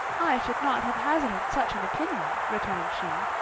i should not have hazarded such an opinion, returned she,